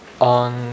on